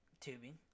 Tubing